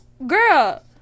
Girl